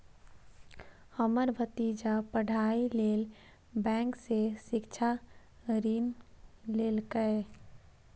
हमर भतीजा पढ़ाइ लेल बैंक सं शिक्षा ऋण लेलकैए